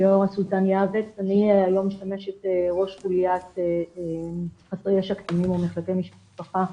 אני היום משמשת ראש חוליית חסרי ישע קטינים במשטרה.